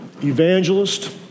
evangelist